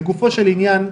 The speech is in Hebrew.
לגופו של עניין,